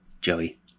Joey